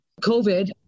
COVID